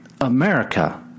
America